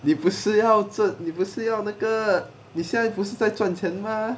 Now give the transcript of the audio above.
你不是要这你不是要那个你现在不是在赚钱吗